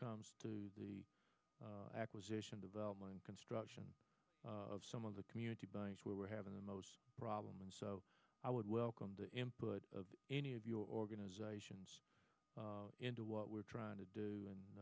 comes to the acquisition development construction of some of the community banks where we're having the most problem and so i would welcome the input of any of your organizations into what we're trying to do an